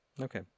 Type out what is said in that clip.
Okay